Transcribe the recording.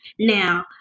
Now